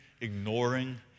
ignoring